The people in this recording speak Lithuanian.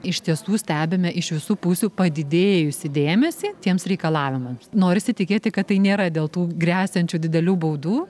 iš tiesų stebime iš visų pusių padidėjusį dėmesį tiems reikalavimams norisi tikėti kad tai nėra dėl tų gresiančių didelių baudų